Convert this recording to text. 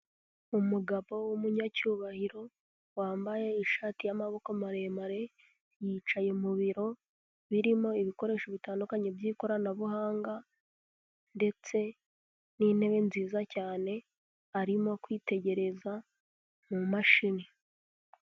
Umugabo w'umunyacyubahiro, wambaye ishati y'amaboko maremare, yicaye mu biro birimo ibikoresho bitandukanye by'ikoranabuhanga ndetse n'intebe nziza cyane, arimo kwitegereza mu mumashini.